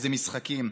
איזה משחקים: